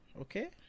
okay